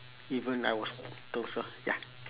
even I was told so ya